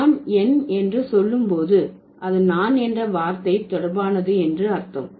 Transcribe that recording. நான் என் என்று சொல்லும் போது அது நான் என்ற வார்த்தை தொடர்பானது என்று அர்த்தம்